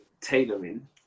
tailoring